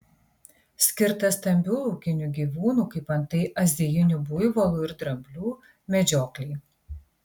skirtas stambių laukinių gyvūnų kaip antai azijinių buivolų ir dramblių medžioklei